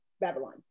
Babylon